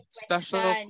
special